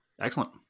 Excellent